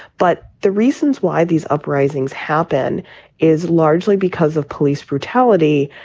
but the reasons why these uprisings happen is largely because of police brutality.